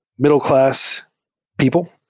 middle-class people,